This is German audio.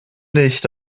nicht